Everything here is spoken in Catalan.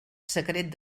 secret